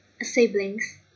siblings